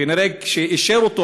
כנראה כשאישר אותו,